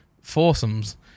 foursomes